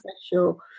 special